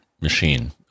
machine